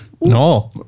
No